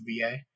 VA